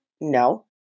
No